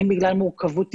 אם בגלל מורכבות טיפולית,